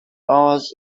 hours